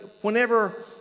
whenever